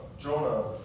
Jonah